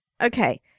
okay